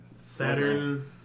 Saturn